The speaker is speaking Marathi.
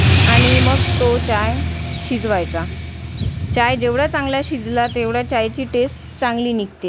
आणि मग तो चाय शिजवायचा चाय जेवढा चांगला शिजला तेवढी चायची टेस्ट चांगली निघते